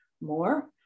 more